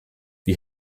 wie